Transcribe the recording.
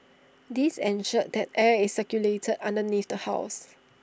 this ensured that air is circulated underneath the house